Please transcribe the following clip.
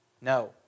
No